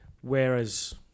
whereas